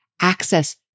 access